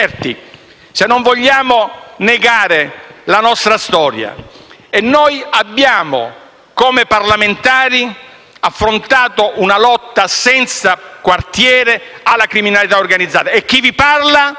se non vogliamo negare la nostra storia. E noi, come parlamentari, abbiamo affrontato una lotta senza quartiere alla criminalità organizzata. Chi vi parla